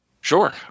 Sure